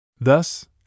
Thus